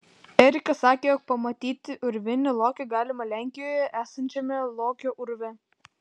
erikas sakė jog pamatyti urvinį lokį galima lenkijoje esančiame lokio urve